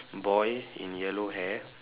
boy in yellow hair